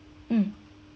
mm